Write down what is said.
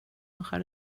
اخر